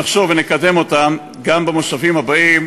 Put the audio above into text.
נחשוב ונקדם אותם גם במושבים הבאים,